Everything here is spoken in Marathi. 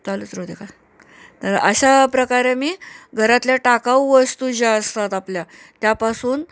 चालूच राहू दे का तर अशा प्रकारे मी घरातल्या टाकाऊ वस्तू ज्या असतात आपल्या त्यापासून